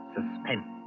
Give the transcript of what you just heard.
Suspense